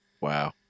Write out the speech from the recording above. Wow